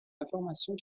informations